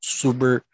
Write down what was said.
super